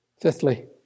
Fifthly